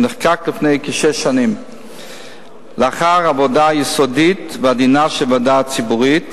שנחקק לפני כשש שנים לאחר עבודה יסודית ועדינה של ועדה ציבורית,